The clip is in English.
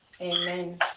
Amen